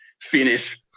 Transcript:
finish